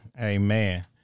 Amen